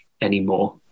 anymore